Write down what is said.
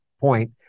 point